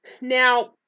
Now